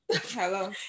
Hello